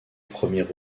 premier